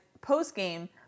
post-game